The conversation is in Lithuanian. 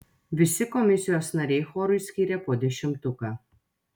visi komisijos nariai chorui skyrė po dešimtuką